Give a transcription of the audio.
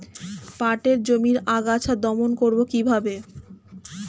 পাটের জমির আগাছা দমন করবো কিভাবে?